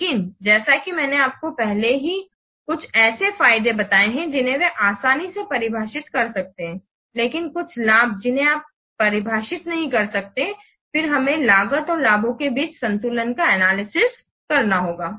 लेकिन जैसा कि मैंने आपको पहले ही कुछ ऐसे फायदे बताए हैं जिन्हें वे आसानी से परिभाषित कर सकते हैं लेकिन कुछ लाभ जिन्हें आप परिभाषित नहीं कर सकते हैं फिर हमें लागत और लाभों के बीच संतुलन का एनालिसिस करना होगा